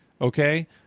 Okay